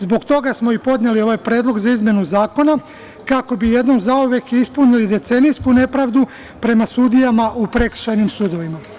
Zbog toga smo i podneli ovaj predlog za izmenu zakona, kako bi jednom zauvek ispunili decenijsku nepravdu prema sudijama u prekršajnim sudovima.